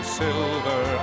silver